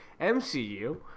MCU